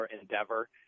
endeavor